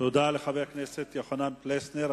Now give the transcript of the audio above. תודה לחבר הכנסת יוחנן פלסנר.